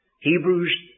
Hebrews